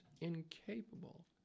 incapable